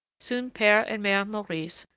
soon pere and mere maurice,